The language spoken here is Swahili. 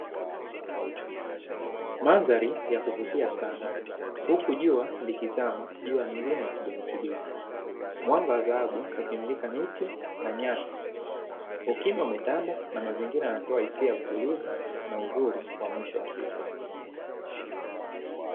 Mandhari ya kuvutia sana, huku jua likizama juu ya milima cha kijani kibichi. Mwanga wa zahabu ukimulika miti na nyasi, ukimya umetanda na mazingira yanatoa hisia za utuli, na uzuri wa mwisho wa siku.